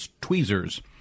tweezers